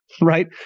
right